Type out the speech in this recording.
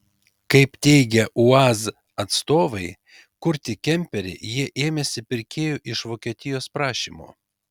kaip teigia uaz atstovai kurti kemperį jie ėmėsi pirkėjų iš vokietijos prašymu